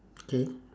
okay